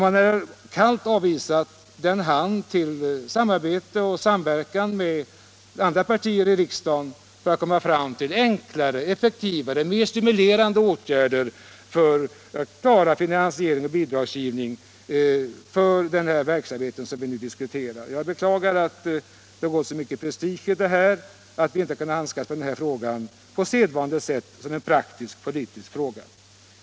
Man har kallt avvisat ett samarbete och samverkan med andra partier i riksdagen för att komma fram till enklare, effektivare, mer stimulerande åtgärder för att klara finansiering och bidragsgivning för den verksamhet vi nu diskuterar. Jag beklagar att det har gått så mycket prestige i den här frågan att vi inte kan handskas med den på sedvanligt sätt som en praktisk politisk fråga.